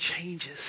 changes